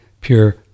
pure